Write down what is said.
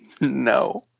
No